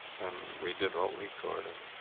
and we did what we could. and